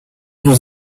was